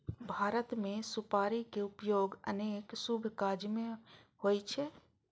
भारत मे सुपारी के उपयोग अनेक शुभ काज मे होइ छै